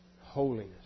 holiness